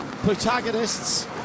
protagonists